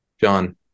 John